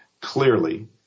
clearly